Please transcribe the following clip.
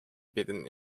beaten